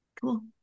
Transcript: cool